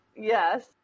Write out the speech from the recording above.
Yes